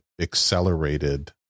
accelerated